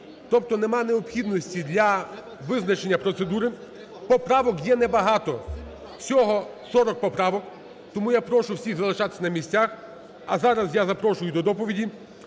тобто нема необхідності для визначення процедури. Поправок є небагато: всього 40 поправок. Тому я прошу всіх залишатись на місцях. А зараз я запрошую до доповіді